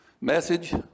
message